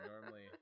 normally